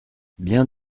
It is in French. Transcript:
bien